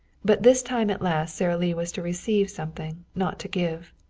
but this time at last, sara lee was to receive something, not to give.